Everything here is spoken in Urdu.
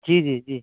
جی جی جی